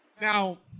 Now